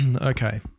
Okay